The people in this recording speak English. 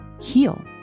heal